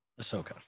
Ahsoka